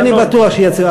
אני בטוח שיציעו.